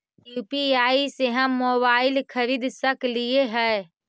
UPI से हम mobile खरिद सकलिऐ है